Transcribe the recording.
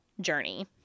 journey